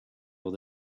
able